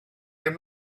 your